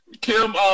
Kim